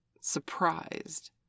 surprised